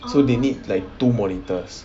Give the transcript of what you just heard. so they need like two monitors